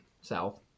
South